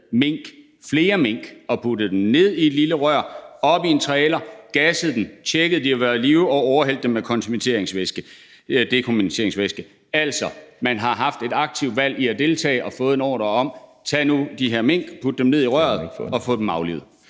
flere mink – og puttet dem ned i et lille rør, op i en trailer, gasset dem, tjekket, om de var i live, og overhældt dem med dekontamineringsvæske. Man har altså haft et aktivt valg i forhold til at deltage og har fået en ordre: Tag nu de her mink, og put dem ned i røret, og få dem aflivet.